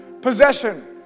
possession